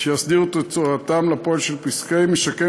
שיסדירו את הוצאתם לפועל של פסקי משקם